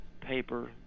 paper